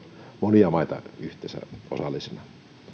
monia maita yhteensä osallisena mutta